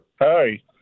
Hi